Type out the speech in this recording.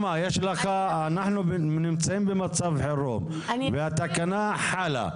אנחו במצב חירום והתקנה חלה.